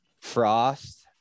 Frost